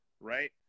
right